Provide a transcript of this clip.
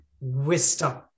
wisdom